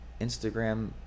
Instagram